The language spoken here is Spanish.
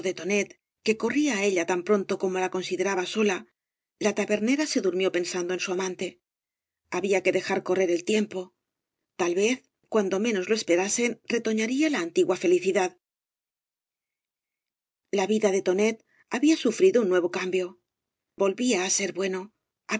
que corría á ella tan pronto como la consideraba sola la tabernera se durmió pensando en su amante había que dejar correr el tiempo tal vez cuando menos lo esperasen retoñaría la antigua felicidad la vida de tonet había sufrido un nuevo cambio volvía á ser bueno